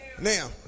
Now